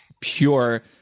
pure